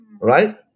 right